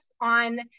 on